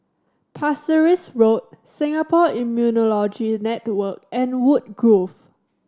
Pasir Ris Road Singapore Immunology Network and Woodgrove